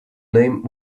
name